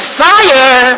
fire